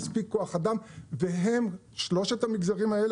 הם מספיק כוח אדם, שלושת המגזרים האלה